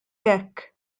hekk